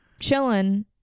chilling